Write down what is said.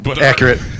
Accurate